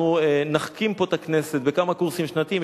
אנחנו נחכים פה את הכנסת בכמה קורסים שנתיים,